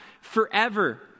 forever